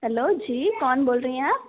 hello जी कौन बोल रहे हैं आप